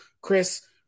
Chris